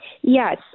Yes